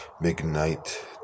Midnight